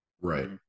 Right